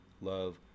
love